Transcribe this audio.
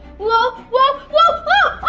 whoa, whoa, whoa! ahhh!